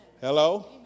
Hello